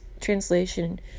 translation